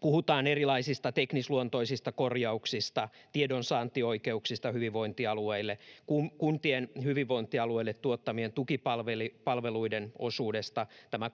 puhutaan erilaisista teknisluontoisista korjauksista: tiedonsaantioikeuksista hyvinvointialueille, kuntien hyvinvointialueille tuottamien tukipalveluiden osuudesta, tästä kouluruoka-,